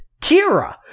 Kira